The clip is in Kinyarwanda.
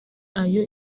ayo